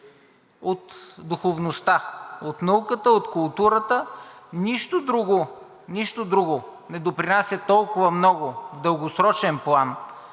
от духовността, от науката, от културата. Нищо друго не допринася толкова много в дългосрочен план